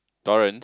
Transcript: Torance